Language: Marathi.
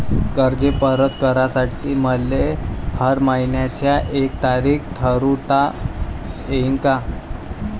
कर्ज परत करासाठी मले हर मइन्याची एक तारीख ठरुता येईन का?